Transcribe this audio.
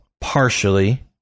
partially